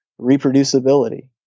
reproducibility